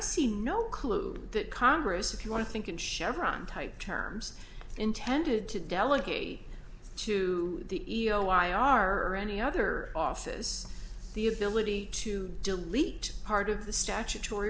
see no clue that congress if you want to think in chevron type terms intended to delegate to the e o why are any other offices the ability to delete part of the statutory